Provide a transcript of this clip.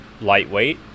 lightweight